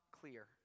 clear